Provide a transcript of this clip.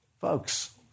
Folks